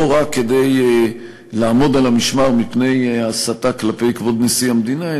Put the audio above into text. לא רק כדי לעמוד על המשמר מפני הסתה כלפי כבוד נשיא המדינה,